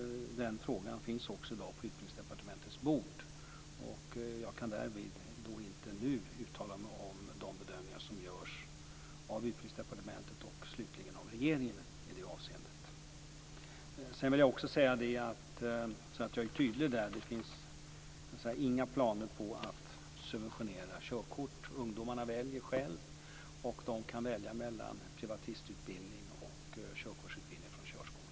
Den frågan finns i dag på Utbildningsdepartementets bord. Jag kan därvid inte nu uttala mig om de bedömningar som görs av Utbildningsdepartementet och slutligen av regeringen i det avseendet. För att vara tydlig: Det finns inga planer på att subventionera körkort. Ungdomarna väljer själva. De kan välja mellan en privatistutbildning och en körtkortsutbildning vid en körskola.